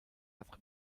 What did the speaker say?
dat